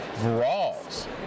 brawls